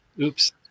Oops